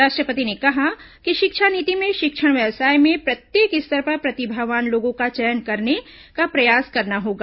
राष्ट्रपति ने कहा कि शिक्षा नीति में शिक्षण व्यवसाय में प्रत्येक स्तर पर प्रतिभावान लोगों का चयन करने का प्रयास करना होगा